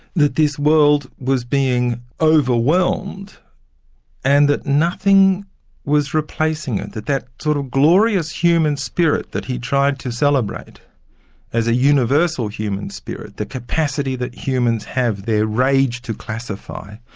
that this world was being overwhelmed and that nothing was replacing it, that that sort of glorious human spirit that he tried to celebrate as a universal human spirit, the capacity that humans have, their rage to classify,